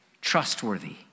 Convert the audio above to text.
trustworthy